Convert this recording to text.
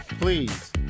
please